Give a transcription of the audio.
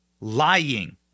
lying